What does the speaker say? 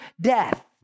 death